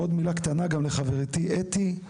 עוד מילה קטנה גם לחברתי אתי,